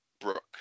Brooke